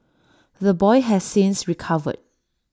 the boy has since recovered